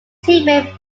teammate